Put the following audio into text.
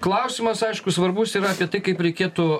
klausimas aišku svarbus yra tai kaip reikėtų